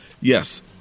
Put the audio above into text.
Yes